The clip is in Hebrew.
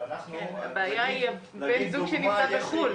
כשאנחנו --- כן, הבעיה היא בן זוג שנמצא בחו"ל.